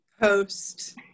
post